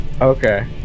okay